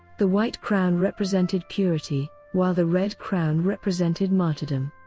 the white crown represented purity, while the red crown represented martyrdom.